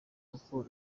kuko